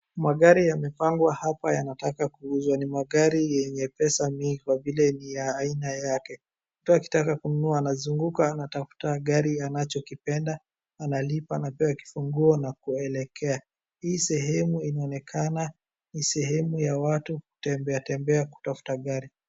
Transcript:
Magari yamepangwa hapa yanataka kuuzwa. Ni magari yenye pesa mingi kwa vile ni ya aina yake. Mtu akitaka kununua anazunguka, anatafta gari anachokipenda, analipa anapea kifunguo na kuelekea. Hii sehemu inaoneka ni sehemu ya watu kutembea tembea kutafta gari.